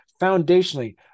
foundationally